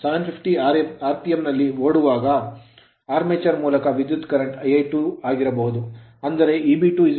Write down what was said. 750 rpm RPM ನಲ್ಲಿ ಓಡುವಾಗ armature armature ಮೂಲಕ ವಿದ್ಯುತ್ ಕರೆಂಟ್ Ia2 ಆಗಿರಬಹುದು ಅಂದರೆ Eb2 V Ia2 ra